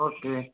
okay